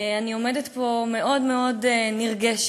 אני עומדת פה מאוד מאוד נרגשת,